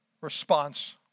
response